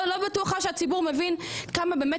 אבל אני לא בטוחה שהציבור מבין כמה באמת